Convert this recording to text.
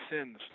sins